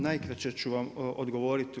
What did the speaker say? Najkraće ću vam odgovoriti.